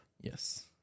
Yes